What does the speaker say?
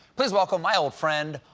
please welcome my old friend,